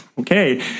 okay